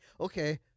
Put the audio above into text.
okay